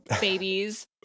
babies